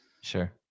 Sure